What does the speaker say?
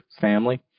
family